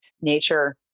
nature